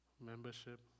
membership